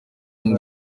ngo